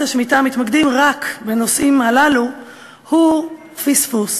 השמיטה מתמקדים רק בנושאים הללו היא פספוס,